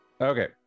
Okay